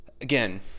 again